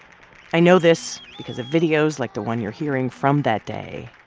i know this because of videos like the one you're hearing from that day